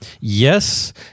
Yes